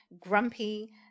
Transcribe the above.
grumpy